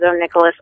Nicholas